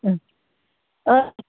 अ